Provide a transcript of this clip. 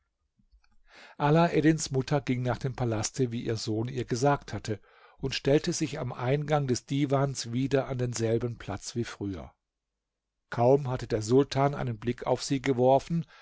alaeddins mutter ging nach dem palaste wie ihr sohn ihr gesagt hatte und stellte sich am eingang des divans wieder an denselben platz wie früher kaum hatte der sultan einen blick auf sie geworfen